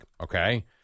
okay